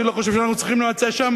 אני לא חושב שאנחנו צריכים להימצא שם